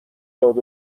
داد